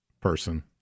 person